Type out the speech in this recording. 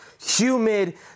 humid